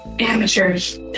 amateurs